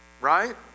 Right